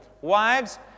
Wives